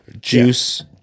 Juice